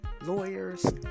lawyers